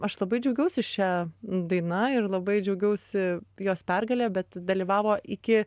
aš labai džiaugiausi šia daina ir labai džiaugiausi jos pergalė bet dalyvavo iki